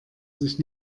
sich